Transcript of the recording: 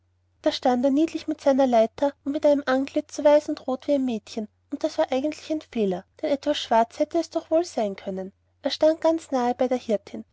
da stand er niedlich mit seiner leiter und mit einem antlitz so weiß und rot wie ein mädchen und das war eigentlich ein fehler denn etwas schwarz hätte es doch wohl sein können er stand ganz nahe bei der hirtin